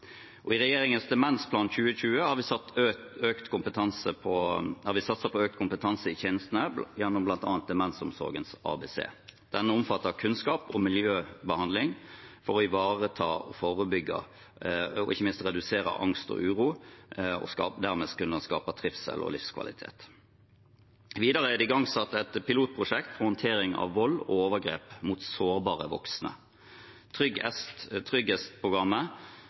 I regjeringens Demensplan 2020 har vi satset på økt kompetanse i tjenestene gjennom bl.a. Demensomsorgens ABC. Denne omfatter kunnskap om miljøbehandling for å forebygge og ikke minst redusere angst og uro og dermed kunne skape trivsel og livskvalitet. Videre er det igangsatt et pilotprosjekt for håndtering av vold og overgrep mot sårbare voksne.